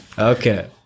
okay